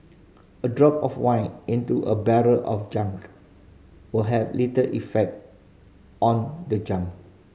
a drop of wine into a barrel of gunk will have little effect on the gunk